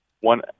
one